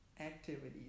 activities